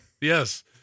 yes